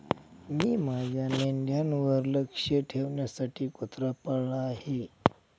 मी माझ्या मेंढ्यांवर लक्ष ठेवण्यासाठी कुत्रा पाळला आहे